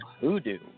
hoodoo